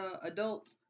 adults